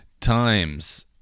times